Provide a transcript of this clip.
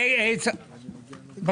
לא קיבלנו את הנתונים.